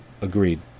Agreed